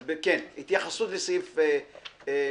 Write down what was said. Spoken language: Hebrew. אז כן, התייחסות לסעיף שהוקרא.